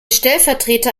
stellvertreter